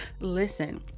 Listen